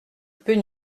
peut